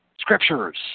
scriptures